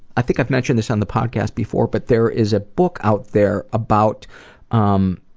i think i've mentioned this on the podcast before but there is a book out there about um,